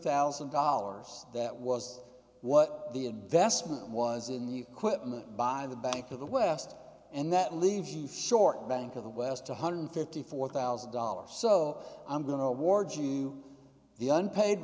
thousand dollars that was what the investment was in the equipment by the bank of the west and that leaves you short bank of the west one hundred and fifty four thousand dollars so i'm going towards you the unpaid